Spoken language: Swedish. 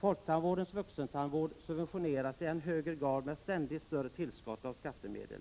Folktandvårdens vuxentandvård subventioneras i än högre grad med ständigt större tillskott av skattemedel.